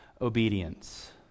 obedience